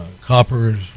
Copper's